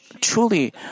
truly